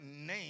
name